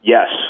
Yes